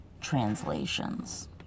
translations